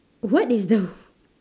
what is the